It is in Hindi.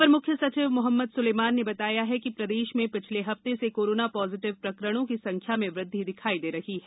अपर मुख्य सचिव श्री मोहम्मद सुलेमान ने बताया कि प्रदेश में पिछले हफ्ते से कोरोना पॉजिटिव प्रकरणों की संख्या में वृद्धि दिखाई दे रही है